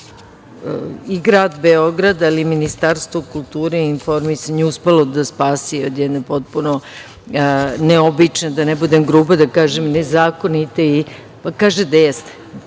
i grad Beograd, ali i Ministarstvo kulture i informisanja uspelo da spasi od jedne potpuno neobične, da ne budem grupa da kažem nezakonite i nelegalne